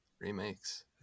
remakes